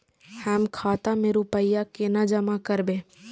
हम खाता में रूपया केना जमा करबे?